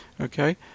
Okay